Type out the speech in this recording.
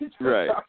Right